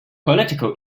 political